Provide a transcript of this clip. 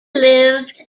lived